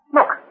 Look